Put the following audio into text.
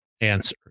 answer